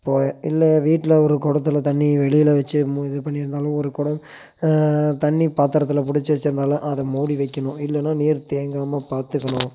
இப்போது இல்லை வீட்டில் ஒரு குடத்துல தண்ணி வெளியில் வெச்சு மூ இது பண்ணிருந்தாலும் ஒரு குடம் தண்ணி பாத்திரத்துல பிடிச்சு வெச்சுருந்தாலும் அதை மூடி வைக்கணும் இல்லேன்னா நீர் தேங்காமல் பார்த்துக்கணும்